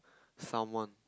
salmon